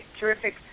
terrific